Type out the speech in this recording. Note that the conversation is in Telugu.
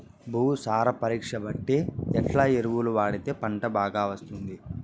భూసార పరీక్ష బట్టి ఎట్లా ఎరువులు వాడితే పంట బాగా వస్తుంది?